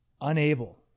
unable